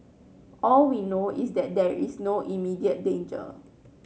all we know is that there is no immediate danger